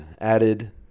added